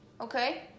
Okay